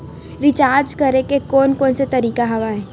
Recharge करे के कोन कोन से तरीका हवय?